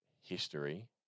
history